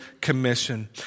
Commission